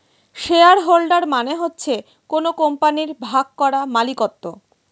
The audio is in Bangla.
শেয়ার হোল্ডার মানে হচ্ছে কোন কোম্পানির ভাগ করা মালিকত্ব